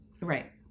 Right